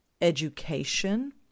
education